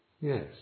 Yes